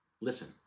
Listen